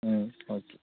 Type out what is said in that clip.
ம் ஓகே